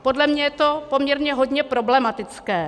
Podle mě je to poměrně hodně problematické.